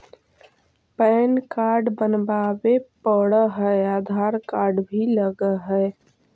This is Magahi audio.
पैन कार्ड बनावे पडय है आधार कार्ड भी लगहै?